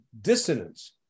dissonance